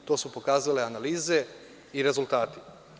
To su pokazale analize i rezultati.